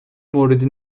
موردی